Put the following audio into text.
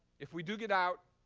if we do get out,